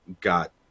got